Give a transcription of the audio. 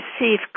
receive